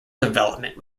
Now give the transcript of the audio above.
development